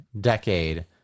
decade